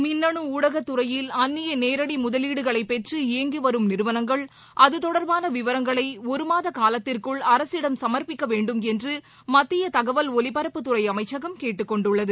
மின்னனு ஊடகத் துறையில் அந்நிய நேரடி முதலீடுகளை பெற்று இயங்கி வரும் நிறுவனங்கள் அதுதொடர்பாள விவரங்களை ஒருமாத காலத்திற்குள் அரசிடம் சமர்பிக்க வேண்டும் என்று மத்திய தகவல் ஒலிபரப்புத்துறை அமைச்சகம் கேட்டுக் கொண்டுள்ளது